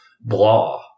blah